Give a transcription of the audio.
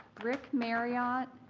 rick marriott,